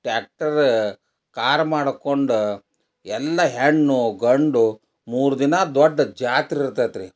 ಟ್ಯಾಕ್ಟರ car ಮಾಡ್ಕೊಂಡು ಎಲ್ಲ ಹೆಣ್ಣು ಗಂಡು ಮೂರು ದಿನ ದೊಡ್ಡ ಜಾತ್ರಿ ಇರ್ತೈತಿ ರೀ